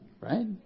right